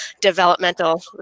developmental